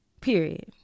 Period